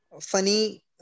funny